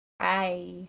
Hi